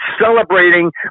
celebrating